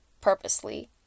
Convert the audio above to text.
purposely